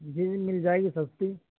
جی جی مل جائے گی سستی